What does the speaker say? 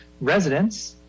residents